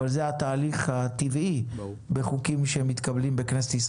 זה התהליך הטבעי בחוקים שמתקבלים בכנסת,